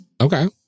Okay